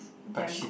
their